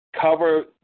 cover